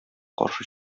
каршы